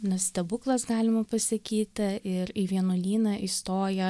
na stebuklas galima pasakyti ir į vienuolyną įstoja